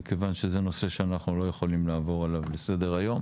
מכיוון שזה נושא שאנחנו לא יכולים לעבור עליו לסדר היום.